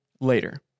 later